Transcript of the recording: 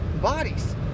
bodies